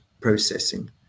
processing